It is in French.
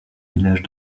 village